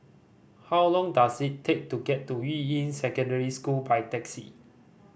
how long does it take to get to Yuying Secondary School by taxi